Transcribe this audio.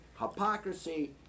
hypocrisy